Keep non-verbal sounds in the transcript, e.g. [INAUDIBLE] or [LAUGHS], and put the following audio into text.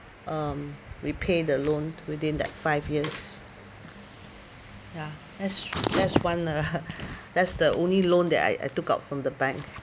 um repay the loan within that five years ya that's that's one uh [LAUGHS] that's the only loan that I I took out from the bank